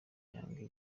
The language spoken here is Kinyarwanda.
yanga